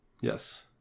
Yes